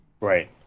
Right